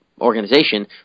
organization